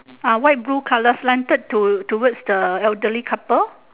ah white blue colour slanted to towards the elderly couple